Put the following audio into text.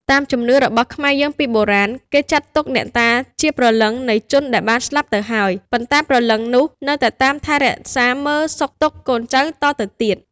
តាមជំនឿរបស់ខ្មែរយើងពីបុរាណ គេចាត់ទុកអ្នកតាជាព្រលឹងនៃជនដែលបានស្លាប់ទៅហើយ ប៉ុន្តែព្រលឹងនោះនៅតែតាមថែរក្សាមើលសុខទុក្ខកូនចៅតទៅទៀត។